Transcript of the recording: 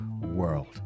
world